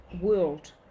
world